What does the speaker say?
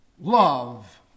love